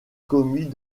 commis